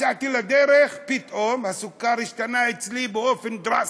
יצאתי לדרך, פתאום הסוכר השתנה אצלי באופן דרסטי.